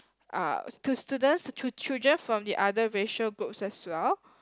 uh to students to children from the other racial groups as well